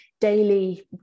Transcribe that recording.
daily